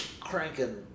cranking